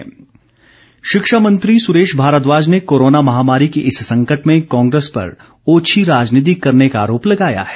सुरेश भारद्वाज शिक्षा मंत्री सुरेश भारद्वाज ने कोरोना महामारी के इस संकट में कांग्रेस पर ओछी राजनीति करने का आरोप लगाया है